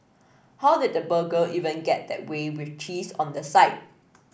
how did the burger even get that way with cheese on the side